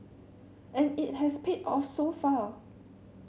and it has paid off so far